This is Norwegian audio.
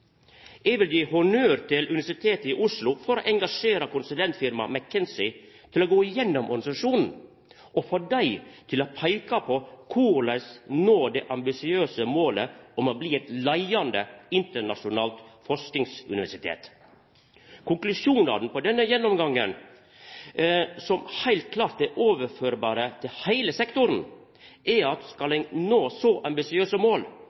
Eg vil gje honnør til Universitetet i Oslo for å engasjera konsulentfirmaet McKinsey til å gå gjennom organisasjonen og få dei til å peika på korleis ein skal nå det ambisiøse målet om å bli eit leiande internasjonalt forskingsuniversitet. Konklusjonane på denne gjennomgangen, som heilt klart kan overførast til heile sektoren, er at skal ein nå så ambisiøse mål,